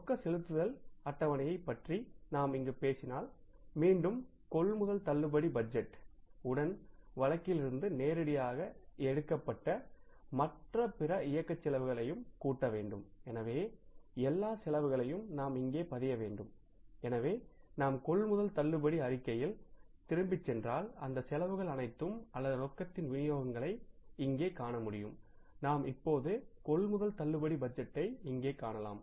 ரொக்க செலுத்துதல் அட்டவணையைப் பற்றி நாம் இங்கு பேசினால் மீண்டும் கொள்முதல் தள்ளுபடி பட்ஜெட் உடன் வழக்கில் இருந்து நேரடியாகஎடுக்கப்பட்ட மற்றும் பிற இயக்க செலவுகளை கூட்ட வேண்டும் எனவே எல்லா செலவுகளையும் நாம் இங்கே பதிய வேண்டும் எனவே நாம் கொள்முதல் தள்ளுபடி அறிக்கையில் திரும்பிச் சென்றால் அந்த செலவுகள் அனைத்தையும் அல்லது ரொக்கத்தின் விநியோகங்களை இங்கே காண முடியும் நாம் இப்போது கொள்முதல் தள்ளுபடி பட்ஜெட்டை இங்கே காணலாம்